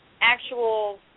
actual